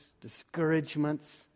discouragements